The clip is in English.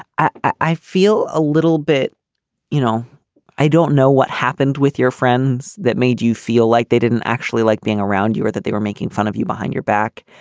i feel a little bit you know i don't know what happened with your friends that made you feel like they didn't actually like being around you or that they were making fun of you behind your back.